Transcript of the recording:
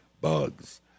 bugs